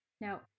Now